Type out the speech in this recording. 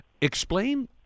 explain